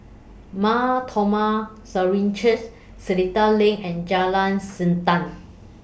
Mar Thoma Syrian Church Seletar LINK and Jalan Siantan